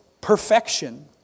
perfection